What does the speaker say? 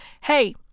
hey